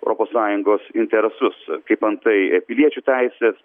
europos sąjungos interesus kaip antai piliečių teisės